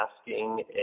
asking